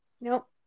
Nope